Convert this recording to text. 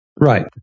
right